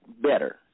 better